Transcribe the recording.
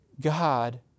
God